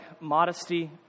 modesty